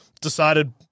Decided